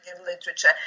literature